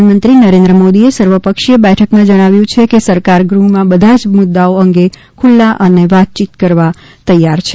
પ્રધાનમંત્રી નરેન્દ્ર મોદીએ સર્વપક્ષીય બેઠકમાં જણાવ્યું છેકે સરકાર ગૃહમાં બધા જ મુદ્દાઓ અંગે ખુલ્લા અને વાતયીત કરવા તૈયાર છે